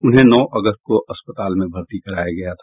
उन्हें नौ अगस्त को अस्पताल में भर्ती कराया गया था